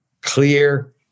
clear